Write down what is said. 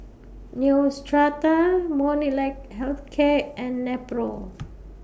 Neostrata Molnylcke Health Care and Nepro